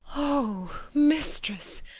o mistress,